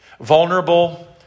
vulnerable